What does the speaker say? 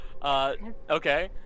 Okay